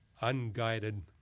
unguided